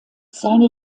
seine